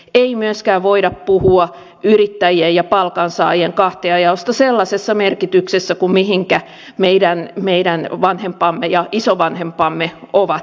ei myöskään voida puhua yrittäjien ja palkansaajien kahtiajaosta sellaisessa merkityksessä kuin mihinkä meidän vanhempamme ja isovanhempamme ovat tottuneet